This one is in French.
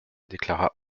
déclara